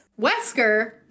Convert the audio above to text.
Wesker